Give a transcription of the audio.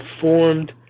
formed